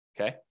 Okay